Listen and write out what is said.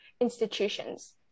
institutions